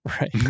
right